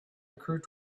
occurred